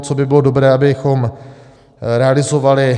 Co by bylo dobré, abychom realizovali?